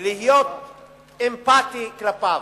ולהיות אמפתי כלפיו,